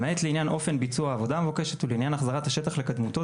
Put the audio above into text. למעט לעניין אופן ביצוע העבודה המבוקשת ולעניין החזרת השטח לקדמותו.